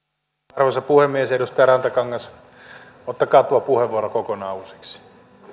arvoisa puhemies edustaja rantakangas ottakaa tuo puheenvuoro kokonaan uusiksi